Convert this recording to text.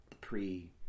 pre